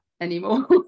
anymore